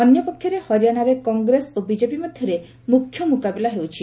ଅନ୍ୟପକ୍ଷରେ ହରିଆଣାରେ କଂଗ୍ରେସ ଓ ବିଜେପି ମଧ୍ୟରେ ମୁଖ୍ୟ ମୁକାବିଲା ହେଉଛି